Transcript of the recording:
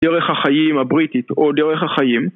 דרך החיים הבריטית, או דרך החיים